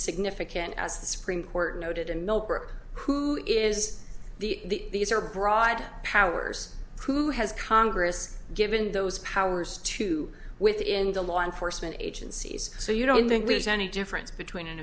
significant as the supreme court noted in millbrook who is the these are broad powers who has congress given those powers to within the law enforcement agencies so you don't think there's any difference between an